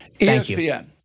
ESPN